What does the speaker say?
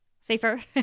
safer